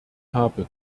habe